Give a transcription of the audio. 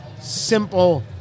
simple